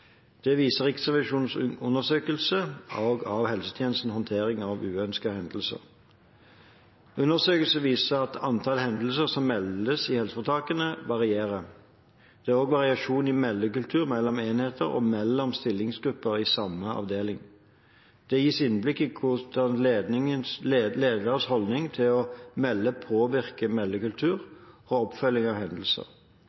Det viser Riksrevisjonens undersøkelse av helseforetakenes håndtering av uønskede hendelser. Undersøkelsen viser at antall hendelser som meldes i helseforetakene, varierer. Det er også variasjon i meldekultur mellom enheter og mellom stillingsgrupper i samme avdeling. Det gis innblikk i hvordan leders holdning til det å melde påvirker meldekultur